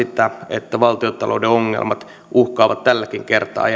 ja ainoastaan sitä että valtiontalouden ongelmat uhkaavat tälläkin kertaa